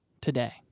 today